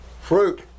Fruit